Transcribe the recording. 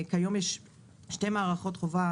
כיום יש שתי מערכות חובה,